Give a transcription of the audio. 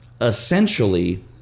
essentially